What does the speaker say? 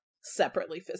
separately